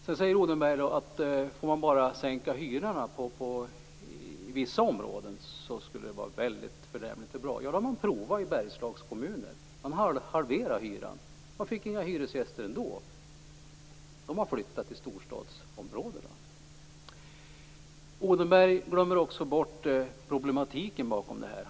Sedan sade Odenberg att det skulle vara väldigt förnämligt och bra om bara hyrorna sänktes i vissa områden. Det har man prövat i några Bergslagskommuner där man har halverat hyran. Men man fick ändå inte några hyresgäster. De har flyttat till storstadsområdena. Odenberg glömmer bort problematiken bakom detta.